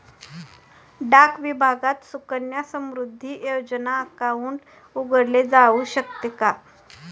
डाक विभागात सुकन्या समृद्धी योजना अकाउंट उघडले जाऊ शकते का?